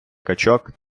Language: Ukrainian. качок